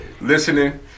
listening